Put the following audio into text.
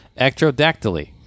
ectrodactyly